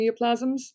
neoplasms